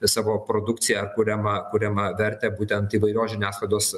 savo produkciją kuriamą kuriamą vertę būtent įvairios žiniasklaidos